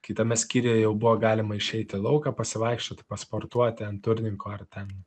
kitame skyriuje jau buvo galima išeiti į lauką pasivaikščioti pasportuoti ant turniko ar ten